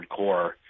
hardcore